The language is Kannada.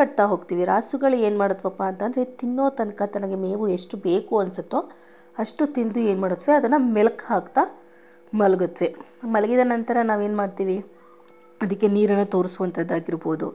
ಕಟ್ತಾ ಹೋಗ್ತೀವಿ ರಾಸುಗಳು ಏನು ಮಾಡ್ತವಪ್ಪಾ ಅಂದರೆ ತಿನ್ನೋ ತನಕ ತನಗೆ ಮೇವು ಎಷ್ಟು ಮೇವು ಬೇಕು ಅನ್ನಿಸುತ್ತೋ ಅಷ್ಟು ತಿಂದು ಏನು ಮಾಡುತ್ತೆ ಅದನ್ನು ಮೆಲ್ಕು ಹಾಕ್ತಾ ಮಲಗುತ್ವೆ ಮಲಗಿದ ನಂತರ ನಾವು ಏನು ಮಾಡ್ತೀವಿ ಅದಕ್ಕೆ ನೀರನ್ನು ತೋರಿಸುವಂಥದ್ದಾಗಿರ್ಬೋದು